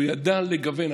הוא ידע לגוון.